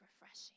refreshing